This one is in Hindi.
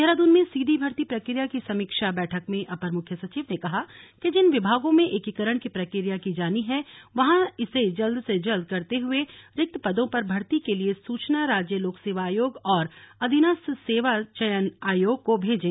देहरादून में सीधी भर्ती प्रक्रिया की समीक्षा बैठक में अपर मुख्य सचिव ने कहा कि जिन विभागों में एकीकरण की प्रक्रिया की जानी है वहां इसे जल्द से जल्द करते हुए रिक्त पदों पर भर्ती के लिए सूचना राज्य लोक सेवा आयोग और अधीनस्थ सेवा चयन आयोग को भेजें